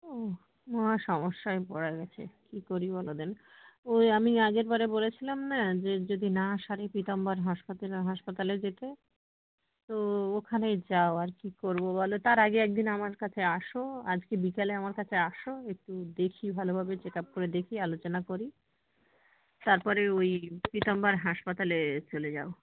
ওহ মহা সমস্যায় পড়া গেছে কী করি বলো দেন ওই আমি আগের বারে বলেছিলাম না যে যদি না সারে পীতাম্বর হাসপাতালে হাসপাতালে যেতে তো ওখানেই যাও আর কী করবো বলো তার আগে এক দিন আমার কাছে আসো আজকে বিকালে আমার কাছে আসো একটু দেখি ভালোভাবে চেক আপ করে দেখি আলোচনা করি তারপরে ওই পীতাম্বর হাসপাতালে চলে যাও